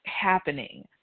happening